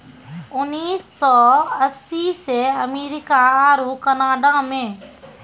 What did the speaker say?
उन्नीस सौ अस्सी से अमेरिका आरु कनाडा मे